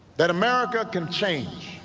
that america can change